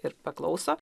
ir paklauso